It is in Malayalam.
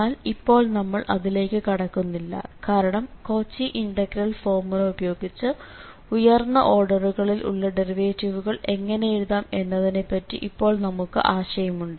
എന്നാൽ ഇപ്പോൾ നമ്മൾ അതിലേക്ക് കടക്കുന്നില്ല കാരണം കോച്ചി ഇന്റഗ്രൽ ഫോർമുല ഉപയോഗിച്ച് ഉയർന്ന ഓർഡറുകളിൽ ഉള്ള ഡെറിവേറ്റിവുകൾ എങ്ങനെ എഴുതാം എന്നതിനെപ്പറ്റി ഇപ്പോൾ നമുക്ക് ആശയമുണ്ട്